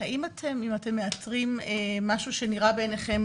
האם אתם מאתרים משהו שנראה בעינכם,